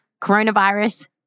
Coronavirus